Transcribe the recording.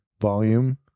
volume